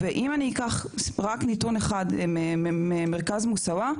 ואם אני אקח רק נתון אחד ממרכז "מוסאוא",